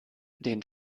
den